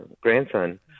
grandson